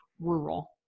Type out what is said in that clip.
Rural